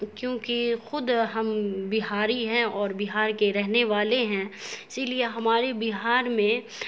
کیونکہ خود ہم بہاری ہیں اور بہار کے رہنے والے ہیں اسی لیے ہماری بہار میں